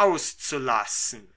auszulassen